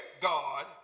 God